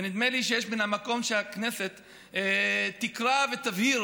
ונדמה לי שיש מקום שהכנסת תקרא ותבהיר